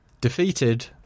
defeated